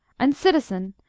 and citizen,